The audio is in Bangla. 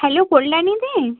হ্যালো কল্যাণীদি